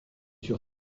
sur